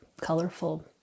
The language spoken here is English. colorful